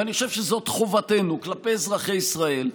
ואני חושב שחובתנו כלפי אזרחי ישראל,